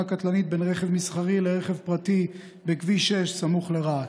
קטלנית בין רכב מסחרי לרכב פרטי בכביש 6 סמוך לרהט.